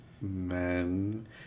men